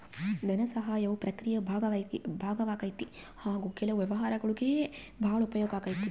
ಧನಸಹಾಯವು ಪ್ರಕ್ರಿಯೆಯ ಭಾಗವಾಗೈತಿ ಹಾಗು ಕೆಲವು ವ್ಯವಹಾರಗುಳ್ಗೆ ಭಾಳ ಉಪಯೋಗ ಆಗೈತೆ